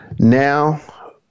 Now